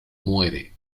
muere